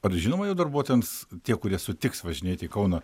ar žinoma jau darbuotojams tie kurie sutiks važinėti į kauną